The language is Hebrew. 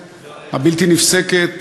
הבלתי-נפסקת,